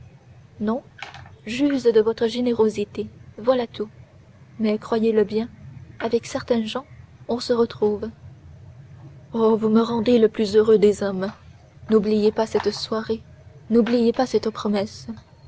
non j'use de votre générosité voilà tout mais croyez-le bien avec certaines gens tout se retrouve oh vous me rendez le plus heureux des hommes n'oubliez pas cette soirée n'oubliez pas cette promesse